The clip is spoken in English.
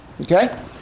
Okay